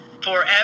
forever